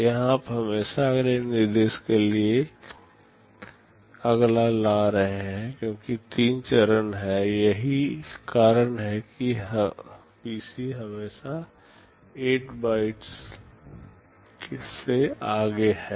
यहां आप हमेशा अगले निर्देश के लिए अगला ला रहे हैं क्योंकि तीन चरण हैं यही कारण है कि PC हमेशा 8 बाइट्स से आगे है